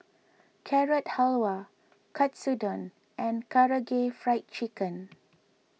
Carrot Halwa Katsudon and Karaage Fried Chicken